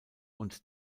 und